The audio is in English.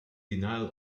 denial